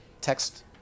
text